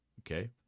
Okay